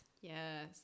Yes